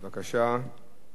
בבקשה.